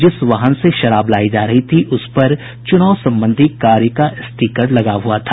जिस वाहन से शराब लायी जा रही थी उस पर चुनाव कार्य संबंधी स्टीकर लगा हुआ था